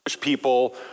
people